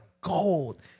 gold